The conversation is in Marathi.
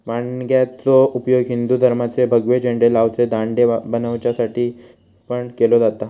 माणग्याचो उपयोग हिंदू धर्माचे भगवे झेंडे लावचे दांडे बनवच्यासाठी पण केलो जाता